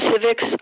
civics